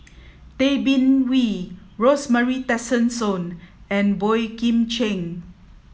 Tay Bin Wee Rosemary Tessensohn and Boey Kim Cheng